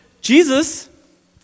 Jesus